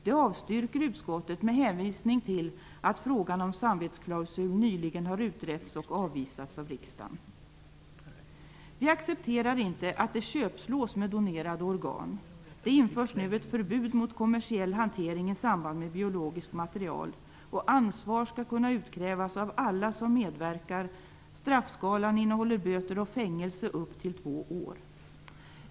Detta avstyrker utskottet med hänvisning till att frågan om samvetsklausul nyligen har utretts och avvisats av riksdagen. Vi accepterar inte att det köpslås med donerade organ. Det införs nu ett förbud mot kommersiell hantering i samband med biologiskt material. Ansvar skall kunna utkrävas av alla som medverkar.